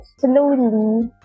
Slowly